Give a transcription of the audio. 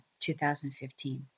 2015